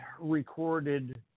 recorded